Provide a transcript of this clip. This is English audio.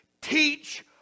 teach